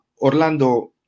Orlando